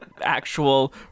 actual